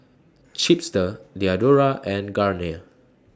Chipster Diadora and Garnier